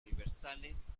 universales